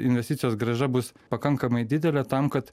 investicijos grąža bus pakankamai didelė tam kad